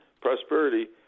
prosperity